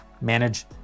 manage